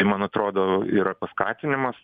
tai man atrodo yra paskatinimas